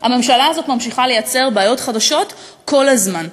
הממשלה הזאת ממשיכה לייצר בעיות חדשות כל הזמן,